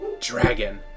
dragon